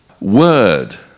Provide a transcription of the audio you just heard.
Word